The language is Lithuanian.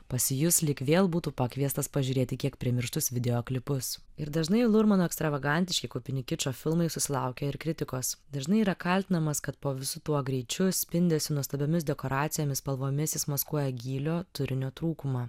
pasijus lyg vėl būtų pakviestas pažiūrėti kiek primirštus videoklipus ir dažnai lurmano ekstravagantiški kupini kičo filmai susilaukia ir kritikos dažnai yra kaltinamas kad po visu tuo greičiu spindesiu nuostabiomis dekoracijomis spalvomis jis maskuoja gylio turinio trūkumą